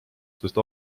sest